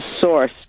source